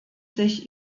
sich